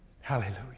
Hallelujah